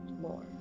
more